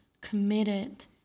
committed